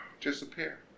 disappear